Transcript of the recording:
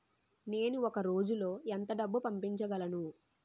నేను ఒక రోజులో ఎంత డబ్బు పంపించగలను?